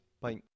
Bye